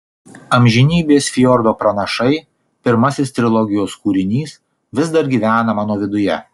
amžinybės fjordo pranašai pirmasis trilogijos kūrinys vis dar gyvena mano viduje